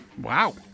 Wow